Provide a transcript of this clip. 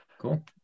Cool